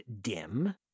dim